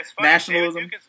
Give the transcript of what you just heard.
Nationalism